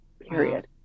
period